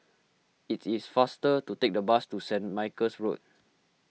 it's is faster to take the bus to Saint Michael's Road